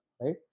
right